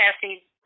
Cassie